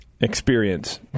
Experience